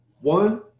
one